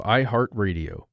iHeartRadio